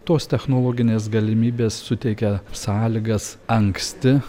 tos technologinės galimybės suteikia sąlygas anksti